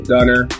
Dunner